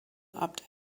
abd